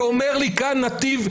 כשאומר לי כאן נתיב,